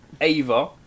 Ava